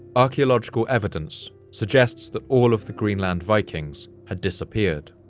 archaeological evidence suggests that all of the greenland vikings had disappeared.